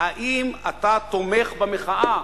האם אתה תומך במחאה,